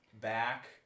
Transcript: back